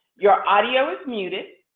your audio is muted.